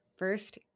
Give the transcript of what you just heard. First